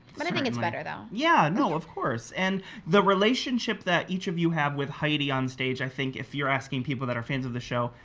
but i think it's better though. yeah. no, of course. and the relationship that each of you have with heidi on stage i think if you're asking people that are fans of the show,